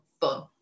fun